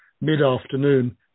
mid-afternoon